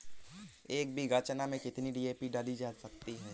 एक बीघा चना में कितनी डी.ए.पी डाली जा सकती है?